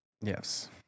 Yes